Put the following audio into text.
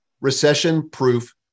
recession-proof